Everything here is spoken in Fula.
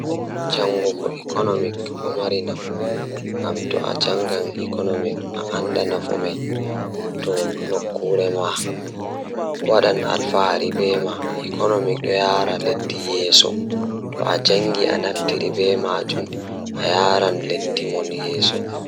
Eey, ko laawol ngam study economics e finance, sabu ɓe waawi nyawtude laamɗe e rewɓe ngal. Ko fowru sabu waɗi e hoore laamɗe e hokkude ngal ɗiɗi ko ndiyam sabu rewɓe ɓe njifti.